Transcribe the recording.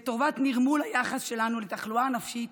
לטובת נרמול היחס שלנו לתחלואה הנפשית,